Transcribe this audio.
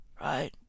Right